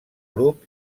grup